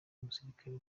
umusirikare